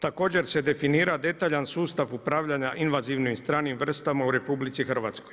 Također se definira detaljan sustav upravljanja invazivnim i stranim vrstama u RH.